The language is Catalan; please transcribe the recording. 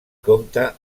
compta